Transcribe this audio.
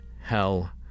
hell